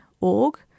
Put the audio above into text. org